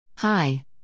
Hi